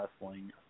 wrestling